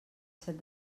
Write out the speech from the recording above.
set